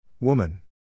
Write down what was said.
Woman